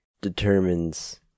determines